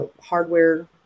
hardware